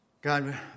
God